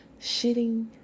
Shitting